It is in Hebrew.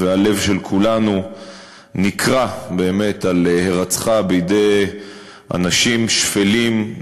והלב של כולנו נקרע באמת על הירצחה בידי אנשים שפלים,